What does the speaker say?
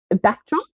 backdrop